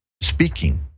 speaking